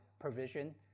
provision